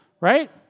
right